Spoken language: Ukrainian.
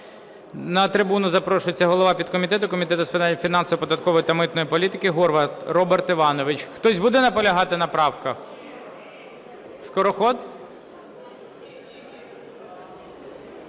На трибуну запрошується голова підкомітету Комітету з питань фінансової, податкової та митної політики Горват Роберт Іванович. Хтось буде наполягати на правках? Скороход?